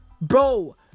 Bro